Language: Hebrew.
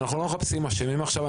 אנחנו לא מחפשים אשמים עכשיו.